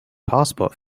passport